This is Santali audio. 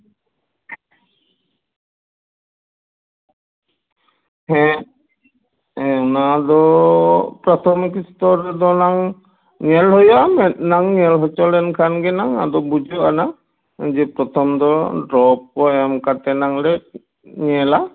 ᱦᱮᱸ ᱚᱱᱟ ᱫᱚ ᱯᱨᱟᱛᱷᱚᱢᱤᱠ ᱥᱛᱚᱨ ᱨᱮᱫᱚ ᱱᱟᱝ ᱧᱮᱞ ᱦᱩᱭᱩᱜᱼᱟ ᱢᱤᱫ ᱫᱷᱟᱣ ᱧᱮᱞ ᱦᱚᱪᱚ ᱞᱮᱱ ᱠᱷᱟᱱᱜᱮ ᱱᱟᱝ ᱟᱫᱚ ᱵᱩᱡᱷᱟᱹᱜ ᱟᱱᱟᱝ ᱡᱮ ᱯᱨᱚᱛᱷᱚᱢ ᱫᱚ ᱰᱨᱚᱯ ᱠᱚ ᱮᱢ ᱠᱟᱛᱮ ᱱᱟᱝ ᱞᱮ ᱧᱮᱞᱟ